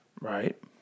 Right